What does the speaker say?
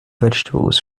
vegetables